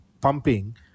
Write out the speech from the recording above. pumping